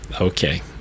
Okay